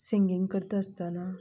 singing करता आसतना